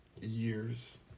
years